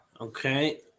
Okay